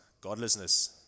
godlessness